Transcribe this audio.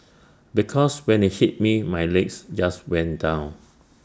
because when IT hit me my legs just went down